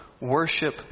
worship